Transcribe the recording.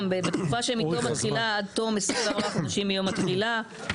בתקופה שמתום התחילה עד תום 24 חודשים מיום התחילה,